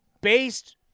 based